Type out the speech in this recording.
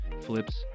flips